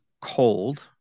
cold